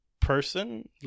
person